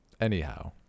Anyhow